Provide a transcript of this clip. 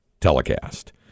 telecast